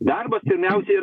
darbas pirmiausia yra